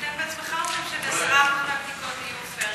אתה בעצמך אומר שב-10% מהבדיקות גילו עופרת,